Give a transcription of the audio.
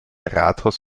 rathaus